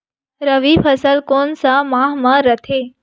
रबी फसल कोन सा माह म रथे?